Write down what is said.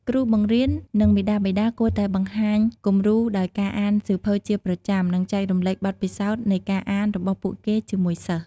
គ្រូបង្រៀន និងមាតាបិតាគួរតែបង្ហាញគំរូដោយការអានសៀវភៅជាប្រចាំ និងចែករំលែកបទពិសោធន៍នៃការអានរបស់ពួកគេជាមួយសិស្ស។